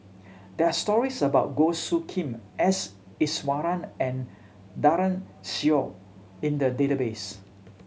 there're stories about Goh Soo Khim S Iswaran and Daren Shiau in the database